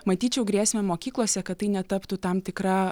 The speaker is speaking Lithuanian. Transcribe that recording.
matyčiau grėsmę mokyklose kad tai netaptų tam tikra